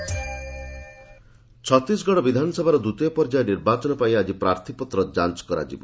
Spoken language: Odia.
ଛତିଶଗଡ଼ ଇଲେକ୍ସନ୍ସ୍ ଛତିଶଗଡ଼ ବିଧାନସଭାର ଦ୍ୱିତୀୟ ପର୍ଯ୍ୟାୟ ନିର୍ବାଚନ ପାଇଁ ଆଜି ପ୍ରାର୍ଥୀପତ୍ର ଯାଞ୍ଚ କରାଯିବ